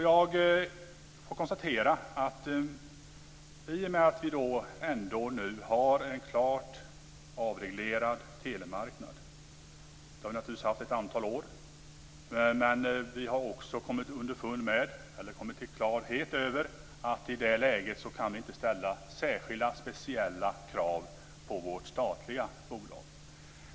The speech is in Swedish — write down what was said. Jag får konstatera att i och med att vi nu ändå har en klart avreglerad telemarknad, vilket vi naturligtvis har haft under ett antal år, har vi också kommit underfund med, eller kommit till klarhet med, att vi i det läget inte kan ställa särskilda och speciella krav på vårt statliga bolag.